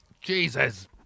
Jesus